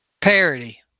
Parity